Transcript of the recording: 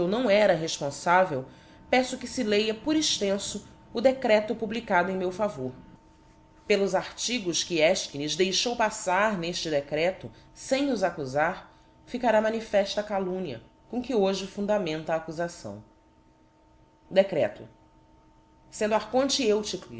não era refponfavel peço que fe lêa por extenfo o decreto publicado em meu favor pelos artigos que efchines deixou paffar nefte decreto fem os accufar íicará manifefta a calumnia com que hoje fundamenta a accufação decreto sendo archonte